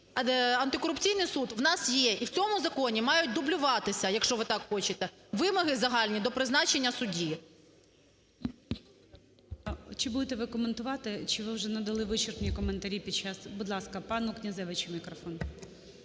антикорупційний суд в нас є, і в цьому законі мають дублюватися, якщо ви так хочете, вимоги загальні до призначення судді. ГОЛОВУЮЧИЙ. Чи будете ви коментувати, чи ви вже надали вичерпні коментарі під час… Будь ласка, пану Князевичу мікрофон.